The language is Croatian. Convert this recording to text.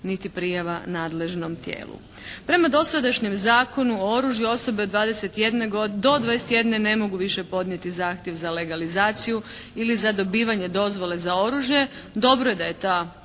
niti prijava nadležnom tijelu. Prema dosadašnjem Zakonu o oružju osobe od dvadeset jedne, do 21 ne mogu više podnijeti više zahtjev za legalizaciju ili za dobivanje dozvole za oružje. Dobro je da je ta odredba